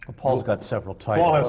paul's got several titles, yeah!